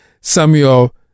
Samuel